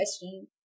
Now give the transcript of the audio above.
question